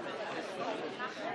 נגיע,